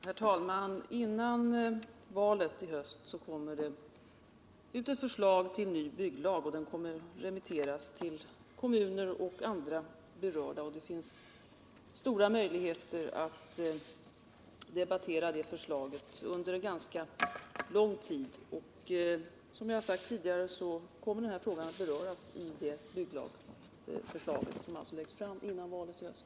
Herr talman! Före valet i höst kommer ett förslag till ny bygglag att framläggas, vilket kommer att remitteras till kommuner och berörda myndigheter. Det finns goda möjligheter att under en ganska lång tid kunna debattera förslaget. Som jag tidigare sagt kommer denna fråga att beröras i bygglagförslaget, som alltså läggs fram före valet i höst.